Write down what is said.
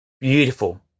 Beautiful